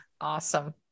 Awesome